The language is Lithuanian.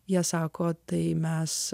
jie sako tai mes